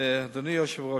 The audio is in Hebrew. אדוני היושב-ראש,